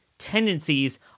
tendencies